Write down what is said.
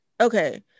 okay